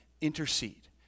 intercede